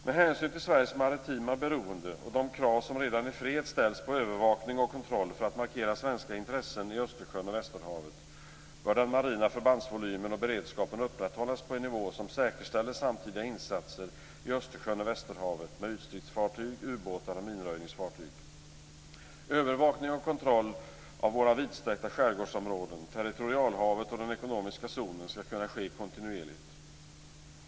Med hänsyn till Sveriges maritima beroende och de krav som redan i fred ställs på övervakning och kontroll för att markera svenska intressen i Östersjön och västerhavet bör den marina förbandsvolymen och beredskapen upprätthållas på en nivå som säkerställer samtidiga insatser i Östersjön och västerhavet med ytstridsfartyg, ubåtar och minröjningsfartyg. Övervakning och kontroll av våra vidsträckta skärgårdsområden, territorialhavet och den ekonomiska zonen skall kunna ske kontinuerligt.